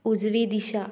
उजवी दिशा